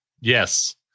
yes